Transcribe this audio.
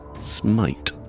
Smite